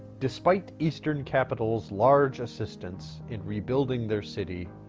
despite eastern capital's large assistance in rebuilding their city,